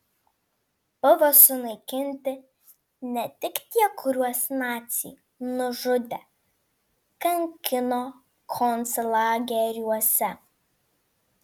buvo sunaikinti ne tik tie kuriuos naciai nužudė kankino konclageriuose